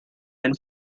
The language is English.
and